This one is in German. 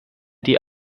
die